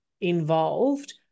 involved